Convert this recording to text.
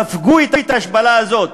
ספגו את ההשפלה הזאת